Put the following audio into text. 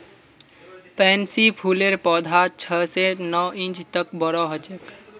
pansy फूलेर पौधा छह स नौ इंच तक बोरो ह छेक